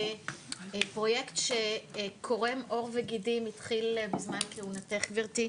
הוא פרויקט שקורם עור וגידים שהתחיל בזמן כהונתך,